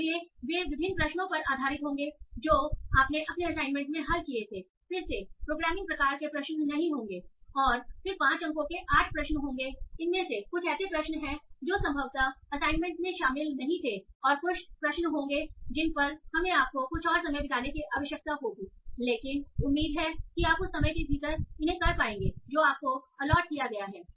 इसलिए वे विभिन्न प्रश्नों पर आधारित होंगे जो आपने अपने असाइनमेंट में हल किए थे फिर से प्रोग्रामिंग प्रकार के प्रश्न नहीं होंगे और फिर 5 अंकों के 8 प्रश्न होंगे इनमें से कुछ ऐसे प्रश्न हैं जो संभवतः असाइनमेंट में शामिल नहीं थे और कुछ प्रश्न होंगे जिन पर हमें आपको कुछ और समय बिताने की आवश्यकता होगी लेकिन उम्मीद है कि आप उस समय के भीतर कर पाएंगे जो आपको एलॉट किया गया है